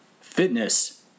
Fitness